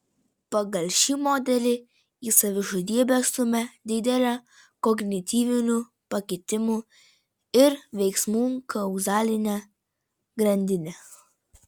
pagal šį modelį į savižudybę stumia didelė kognityvinių pakitimų ir veiksmų kauzalinė grandinė